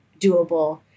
doable